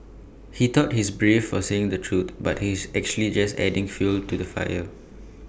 he thought he's brave for saying the truth but he's actually just adding fuel to the fire